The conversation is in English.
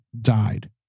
died